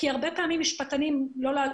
כי הרבה פעמים משפטנים רואים